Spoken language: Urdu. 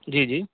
جی جی